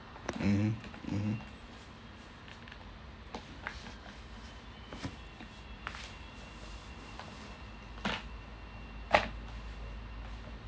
mmhmm mmhmm